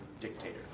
dictator